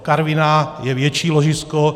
Karviná je větší ložisko.